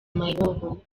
mayibobo